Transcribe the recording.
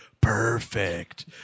Perfect